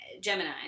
Gemini